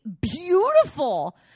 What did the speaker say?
beautiful